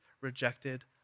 rejected